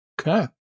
Okay